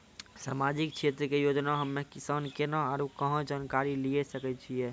समाजिक क्षेत्र के योजना हम्मे किसान केना आरू कहाँ जानकारी लिये सकय छियै?